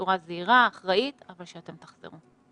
בצורה זהירה, אחראית, אבל שאתם תחזרו.